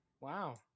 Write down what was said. Wow